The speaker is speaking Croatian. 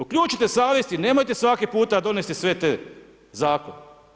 Uključite savjest i nemojte svaki puta donesti sve te zakone.